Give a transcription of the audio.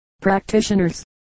practitioners